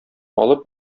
алып